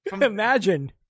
imagine